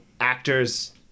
actors